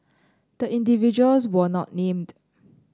the individuals were not named